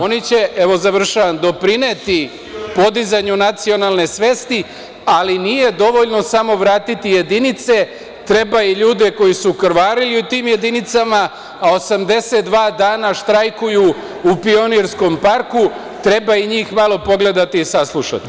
Oni će doprineti podizanju nacionalne svesti, ali nije dovoljno samo vratiti jedinice, treba i ljude koji su krvarili u tim jedinicama, a 82 dana štrajkuju u Pionirskom parku, treba i njih malo pogledati i saslušati.